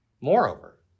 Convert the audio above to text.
Moreover